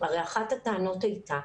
הרי אחת הטענות הייתה: